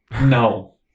No